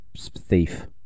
thief